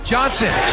Johnson